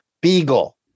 Beagle